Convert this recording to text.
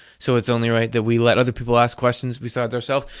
so it's only right that we let other people ask questions besides ourselves.